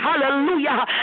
hallelujah